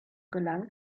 gelangen